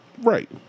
Right